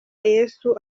yesu